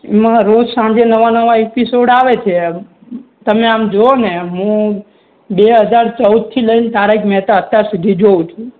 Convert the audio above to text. ના રોજ સાંજે નવા નવા એપિસોડ આવે છે એમ તમે આમ જુઓ ને હું બે હજાર ચૌદથી લઈને તારક મહેતા અત્યાર સુધી જોઉં છું